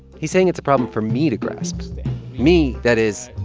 he's saying it's a problem for me to grasp me, that is,